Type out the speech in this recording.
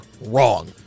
wrong